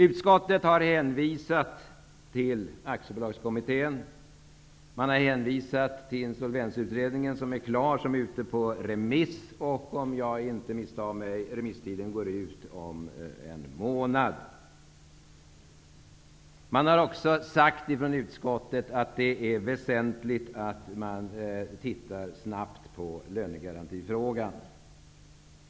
Utskottet har hänvisat till Aktiebolagskommittén och till Insolvensutredningen, som är klar och är ute på remiss -- om jag inte misstar mig går remisstiden ut om en månad. Utskottet har också sagt att det är väsentligt att man snabbt tittar närmare på lönegarantifrågan.